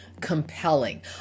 compelling